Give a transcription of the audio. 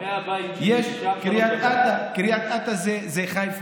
קריית אתא זה חיפה.